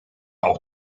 auch